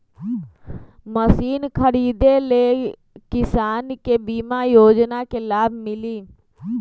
Machine खरीदे ले किसान के बीमा योजना के लाभ मिली?